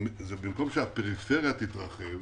במקום שהפריפריה תתרחב,